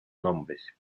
nombres